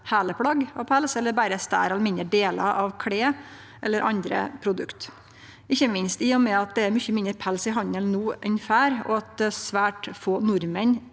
berre større eller mindre delar av klede eller andre produkt. Ikkje minst i og med at det er mykje mindre pels i handelen no enn før, og svært få nordmenn